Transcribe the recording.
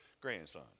grandson